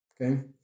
Okay